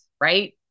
right